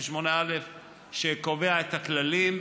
שקובע את הכללים.